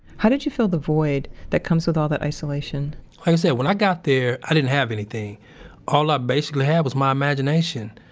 how did you fill the void that comes with all that isolation? like i say, when i got there, i didn't have anything all i basically had was my imagination.